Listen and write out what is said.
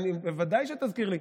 ודאי שתזכיר לי.